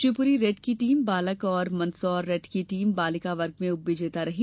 Shivpuri red की टीम बालक और मंदसौर रेड की टीम बालिका वर्ग में उप विजेता रहीं